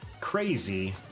crazy